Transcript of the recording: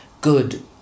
good